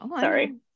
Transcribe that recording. Sorry